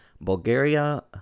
Bulgaria